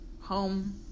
home